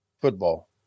football